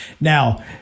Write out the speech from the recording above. Now